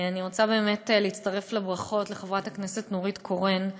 אני רוצה באמת להצטרף לברכות לחברת הכנסת נורית קורן.